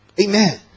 Amen